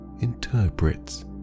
interprets